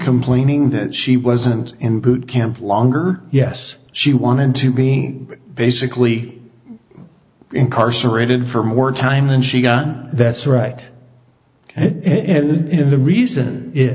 complaining that she wasn't in boot camp longer yes she wanted to be basically incarcerated for more time than she got that's right and the reason